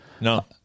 No